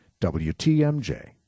WTMJ